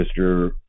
Mr